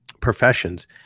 professions